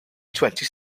twenty